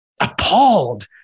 appalled